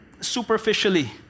superficially